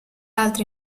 altri